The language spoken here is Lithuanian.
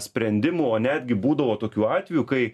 sprendimų o netgi būdavo tokių atvejų kai